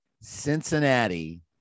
Cincinnati